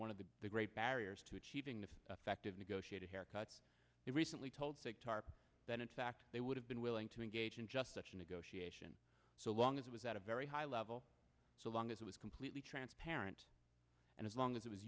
one of the great barriers to achieving the effect of negotiated haircut recently told that in fact they would have been willing to engage in just such a negotiation so long as it was at a very high level so long as it was completely transparent and as long as it was